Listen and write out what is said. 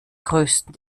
größten